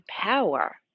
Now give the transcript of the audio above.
power